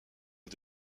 est